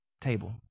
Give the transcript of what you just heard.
table